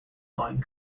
sewing